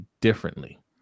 differently